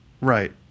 right